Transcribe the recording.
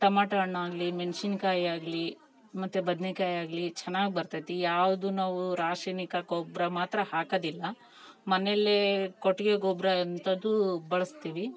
tomato ಹಣ್ಣಾಗಲಿ ಮೆಣಸಿನ್ಕಾಯಿ ಆಗಲಿ ಮತ್ತು ಬದನೇಕಾಯಾಗ್ಲಿ ಚೆನ್ನಾಗ್ ಬರ್ತತಿ ಯಾವುದು ನಾವೂ ರಾಸಾಯನಿಕ ಗೊಬ್ಬರ ಮಾತ್ರ ಹಾಕೋದಿಲ್ಲ ಮನೆಯಲ್ಲೇ ಕೊಟ್ಟಿಗೆ ಗೊಬ್ಬರ ಎಂಥದೂ ಬಳಸ್ತೀವಿ